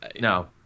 no